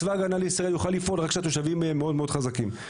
צבא הגנה לישראל יוכל לפעול רק כשהתושבים מאוד מאוד חזקים.